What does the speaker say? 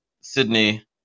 Sydney